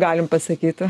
galim pasakyti